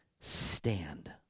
stand